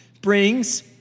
brings